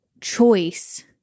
choice